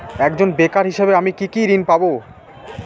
একজন বেকার হিসেবে আমি কি কি ঋণ পাব?